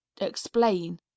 explain